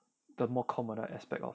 the more common aspect of